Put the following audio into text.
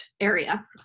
area